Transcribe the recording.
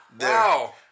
Wow